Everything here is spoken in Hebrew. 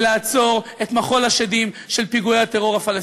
ולעצור את מחול השדים של פיגועי הטרור הפלסטיני.